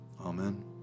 Amen